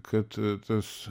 kad tas